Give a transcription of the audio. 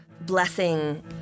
blessing